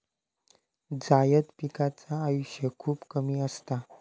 जायद पिकांचा आयुष्य खूप कमी असता